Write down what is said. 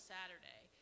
Saturday